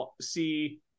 see